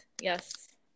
yes